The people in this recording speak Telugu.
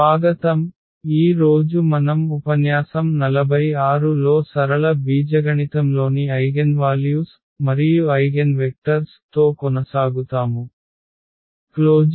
స్వాగతం ఈ రోజు మనం ఉపన్యాసం 46 లో సరళ బీజగణితంలోని ఐగెన్వాల్యూస్ మరియు ఐగెన్వెక్టర్స్ తో కొనసాగుతాము